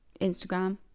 instagram